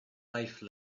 life